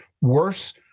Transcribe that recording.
worse